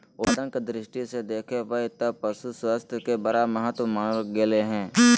उत्पादन के दृष्टि से देख बैय त पशु स्वास्थ्य के बड़ा महत्व मानल गले हइ